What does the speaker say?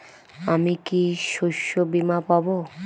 আমি কি শষ্যবীমা পাব?